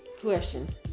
question